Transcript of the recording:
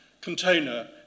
container